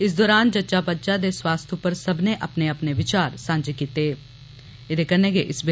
इस दोरान जच्चा बच्चा दे स्वास्थ उप्पर सब्बने अपने अपने विचार सांझे कीत्ते